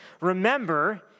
remember